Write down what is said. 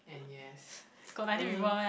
and yes I mean